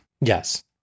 Yes